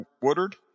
Woodard